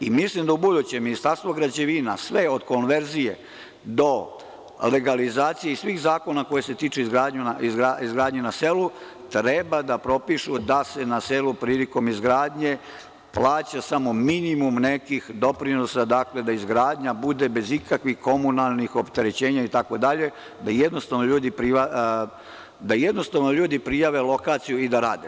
I, mislim da ubuduće Ministarstvo građevina, sve od konverzije do legalizacije i svih zakona koji se tiču izgradnje na selu, treba da propiše da se na selu prilikom izgradnje plaća samo minimum nekih doprinosa, dakle, da izgradnja bude bez ikakvih komunalnih opterećenja itd, da jednostavno ljudi prijave lokaciju i da rade.